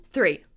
Three